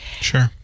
sure